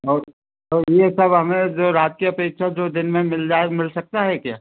और और यह सब हमें जो रात की अपेक्षा जो दिन में मिल जाए मिल सकता है क्या